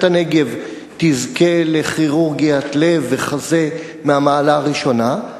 הנגב תזכה לכירורגיית לב-חזה מהמעלה הראשונה.